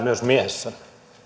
myös miehessä kyllä